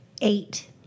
Eight